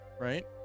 right